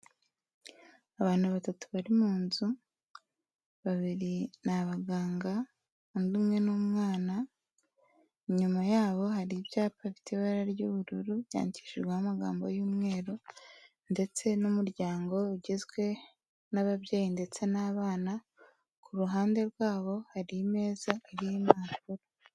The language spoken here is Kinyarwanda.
Abantu batatu bari mu nzu, babiri ni abaganga undi umwe n'umwana, inyuma yabo hari ibyapa bifite ibara ry'ubururu byandishijweho amagambo y'umweru ndetse n'umuryango ugizwe n'ababyeyi ndetse n'abana ku ruhande rwabo hari imeza ariho impapuro.